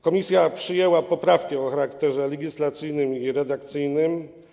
Komisja przyjęła poprawkę o charakterze legislacyjnym i redakcyjnym.